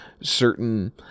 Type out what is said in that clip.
certain